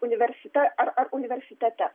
universite ar universitete